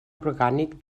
orgànic